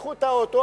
לקחו את האוטו,